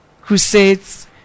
crusades